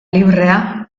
librea